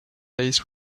days